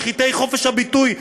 משחיתי חופש הביטוי,